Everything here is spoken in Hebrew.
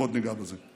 ועוד ניגע בזה.